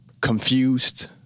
confused